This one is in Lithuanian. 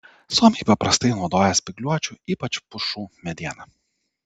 suomiai paprastai naudoja spygliuočių ypač pušų medieną